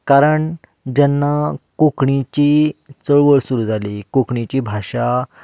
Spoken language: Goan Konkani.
कारण जेन्ना कोंकणीची चळवळ सुरू जाली कोंकणीची भाशा